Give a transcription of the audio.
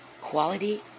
quality